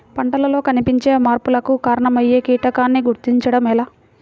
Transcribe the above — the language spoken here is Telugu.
పంటలలో కనిపించే మార్పులకు కారణమయ్యే కీటకాన్ని గుర్తుంచటం ఎలా?